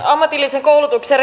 ammatillisen koulutuksen